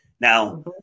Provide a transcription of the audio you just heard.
Now